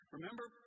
Remember